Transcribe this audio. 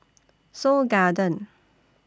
Seoul Garden